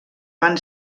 van